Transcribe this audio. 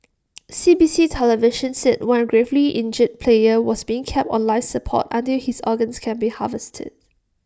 C B C television said one gravely injured player was being kept on life support until his organs can be harvested